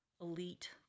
elite